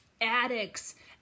addicts